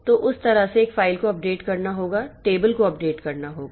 तो उस तरह से एक फाइल को अपडेट करना होगा टेबल को अपडेट करना होगा